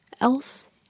else